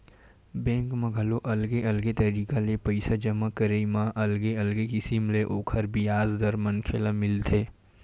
bank म घलो अलगे अलगे तरिका ले पइसा जमा करई म अलगे अलगे किसम ले ओखर बियाज दर मनखे ल मिलथे